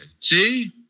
See